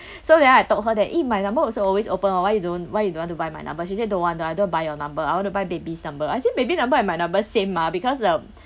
so then I told her that eh my number also always open [one] why you don't why you don't want to buy my number she said don't want don't want I don't want to buy your number I want to buy baby's number I said baby number and my number same mah because the